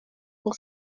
pour